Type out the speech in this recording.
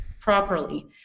properly